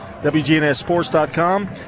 wgnssports.com